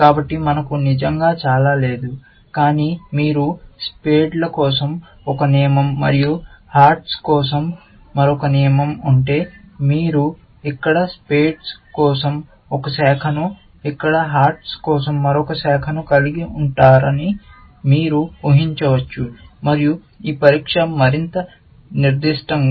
కాబట్టి మనకు నిజంగా చాలా లేదు కానీ మీరు స్పేడ్ల కోసం ఒక నియమం మరియు హార్ట్స్ కు మరొక నియమం ఉంటే మీరు ఇక్కడ స్పేడ్ల కోసం ఒక శాఖను ఇక్కడ హార్ట్స్ కు మరొక శాఖను కలిగి ఉంటార ని మీరు ఊహించవచ్చు మరియు ఈ పరీక్ష మరింత నిర్దిష్టంగా